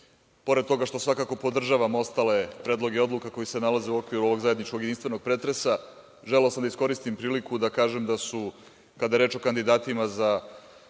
Pored toga, što svakako podržavamo ostale predloge odluka koji se nalaze u okviru ovogzajedničkog, jedinstvenog pretresa, želeo sam da iskoristim priliku da kažem da su, kada je reč o kandidatima za